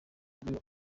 bwe